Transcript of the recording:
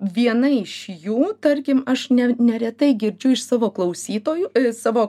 viena iš jų tarkim aš ne neretai girdžiu iš savo klausytojų savo